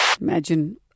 Imagine